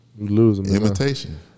Imitation